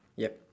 yup